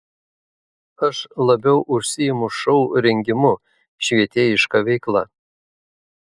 aš labiau užsiimu šou rengimu švietėjiška veikla